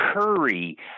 Curry